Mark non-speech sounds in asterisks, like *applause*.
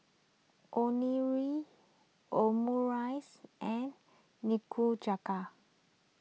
*unintelligible* Omurice and Nikujaga